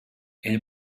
ell